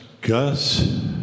Gus